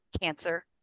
cancer